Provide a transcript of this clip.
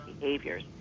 behaviors